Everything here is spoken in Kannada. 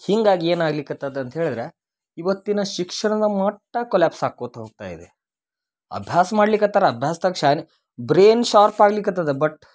ಹೀಗಾಗಿ ಏನಾಗ್ಲಿಕತ್ತದ ಅಂತ ಹೇಳ್ದ್ರ ಇವತ್ತಿನ ಶಿಕ್ಷಣದ ಮಟ್ಟ ಕೊಲ್ಯಾಪ್ಸ್ ಆಕೋತ ಹೋಗ್ತಾಯಿದೆ ಅಭ್ಯಾಸ ಮಾಡ್ಲಿಕತ್ತಾರ ಅಭ್ಯಾಸ್ದಾಗ ಶಾ ಬ್ರೈನ್ ಶಾರ್ಪ್ ಆಗ್ಲಿಕತದ ಬಟ್